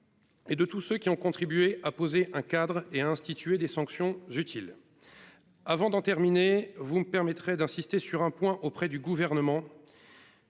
Et de tous ceux qui ont contribué à poser un cadre et à instituer des sanctions utile. Avant d'en terminer, vous me permettrez d'insister sur un point auprès du gouvernement.